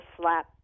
slap